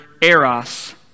eros